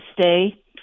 stay